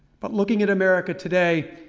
but looking at america today